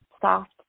soft